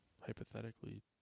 Hypothetically